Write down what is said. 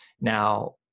Now